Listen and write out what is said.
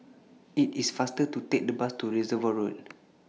IT IS faster to Take The Bus to Reservoir Road